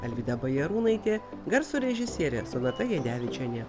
alvyda bajarūnaitė garso režisierė sonata jadevičienė